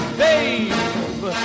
babe